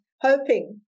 hoping